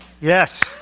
Yes